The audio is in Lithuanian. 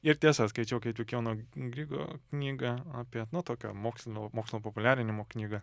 ir tiesa skaičiau kaip tik jono grigo knygą apie nu tokią mokslino mokslo populiarinimo knygą